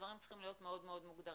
הדברים צריכים להיות מאוד מאוד מוגדרים.